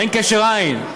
אין קשר עין.